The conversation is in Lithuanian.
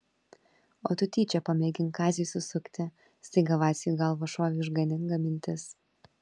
o tu tyčia pamėgink kaziui susukti staiga vaciui į galvą šovė išganinga mintis